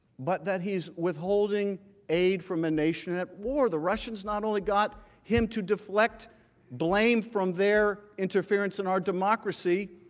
but that he is withholding aid from a nation at war. the russians not only got him to deflect blame from there interference in our democracy,